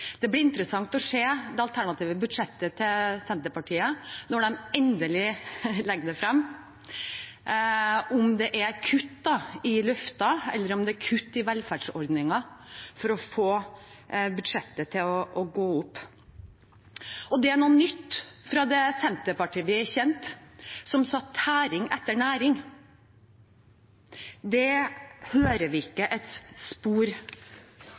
Det blir interessant å se det alternative budsjettet til Senterpartiet når de endelig legger det fram, om det er kutt i løfter, eller om det er kutt i velferdsordninger, for å få budsjettet til å gå opp. Og det er noe nytt fra det Senterpartiet vi kjente, som satte tæring etter næring. Det hører vi ikke spor